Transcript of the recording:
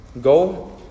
Go